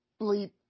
bleep